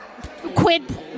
Quid